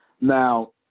now